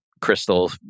Crystal